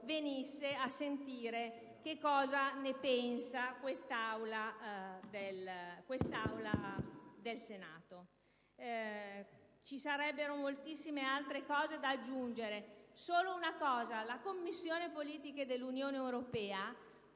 venisse a sentire che cosa ne pensa questa Assemblea del Senato. Ci sarebbero moltissime altre cose da aggiungere; mi limito ad una. La Commissione politiche dell'Unione europea